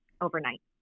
overnight